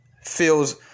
feels